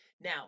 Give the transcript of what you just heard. Now